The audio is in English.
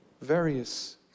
Various